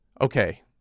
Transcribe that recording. okay